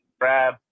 grab